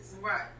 right